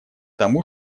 тому